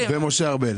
ומשה ארבל.